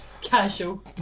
Casual